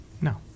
No